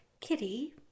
Kitty